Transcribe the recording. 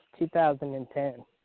2010